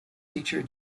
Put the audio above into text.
teacher